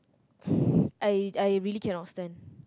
I I really cannot stand